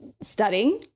studying